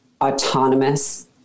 autonomous